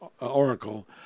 Oracle